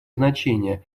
значение